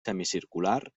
semicircular